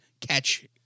catch